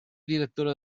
direttore